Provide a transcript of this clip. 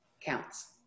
counts